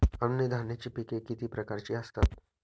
अन्नधान्याची पिके किती प्रकारची असतात?